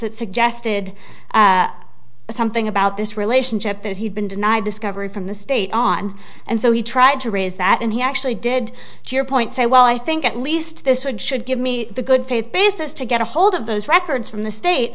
that suggested something about this relationship that he'd been denied discovery from the state on and so he tried to raise that and he actually did to your point say well i think at least this would should give me the good faith basis to get a hold of those records from the state